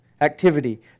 activity